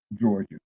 Georgia